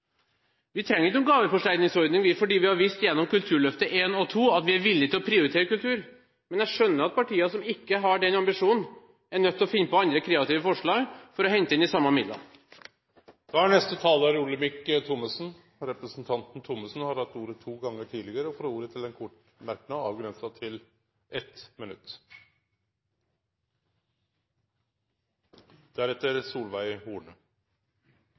Vi trenger ikke noen gaveforsterkningsordning, for vi har vist gjennom Kulturløftet I og II at vi er villige til å prioritere kultur. Men jeg skjønner at partier som ikke har den ambisjonen, er nødt til å finne på andre kreative forslag for å hente inn de samme midlene. Representanten Thommessen har hatt ordet to gonger tidlegare og får ordet til ein kort merknad, avgrensa til 1 minutt.